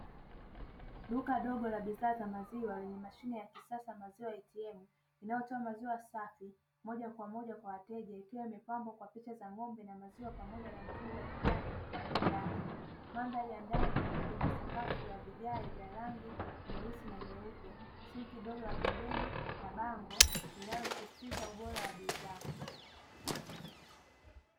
Duka dogo la bidhaa za maziwa lenye mashine ya kisasa maziwa "ATM" inayotoa maziwa safi moja kwa moja kwa wateja, ikiwa imepambwa kwa picha za ng’ombe na maziwa pamoja na mchoro wa kijani juu yake. Mandhari ya ndani ina sakafu ya vigaye vya rangi nyeusi na nyeupe, sinki dogo la pembeni na bango linalosisitiza ubora wa bidhaa.